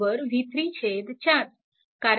म्हणून i5 v34